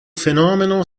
fenomeno